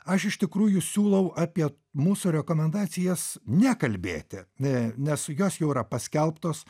aš iš tikrųjų siūlau apie mūsų rekomendacijas nekalbėti nes jos jau yra paskelbtos